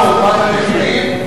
ריווח מדרגות המס,